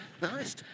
nice